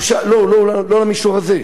לא במישור הזה,